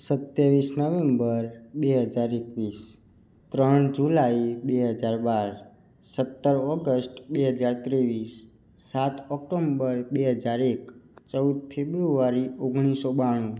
સત્યાવીસ નવેમ્બર બે હજાર એકવીસ ત્રણ જુલાઈ બે હજાર બાર સત્તર ઓગસ્ટ બે હજાર ત્રેવીસ સાત ઓક્ટોમ્બર બે હજાર એક ચૌદ ફેબુઆરી ઓગણીસ સો બાણું